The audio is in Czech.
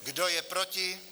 Kdo je proti?